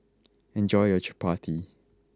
enjoy your Chapati